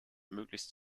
möglichst